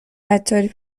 عطاری